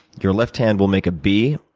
your left hand will make a b,